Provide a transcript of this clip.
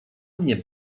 mnie